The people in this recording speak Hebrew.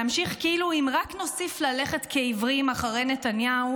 להמשיך כאילו אם רק נוסיף ללכת כעיוורים אחרי נתניהו